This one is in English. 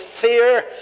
fear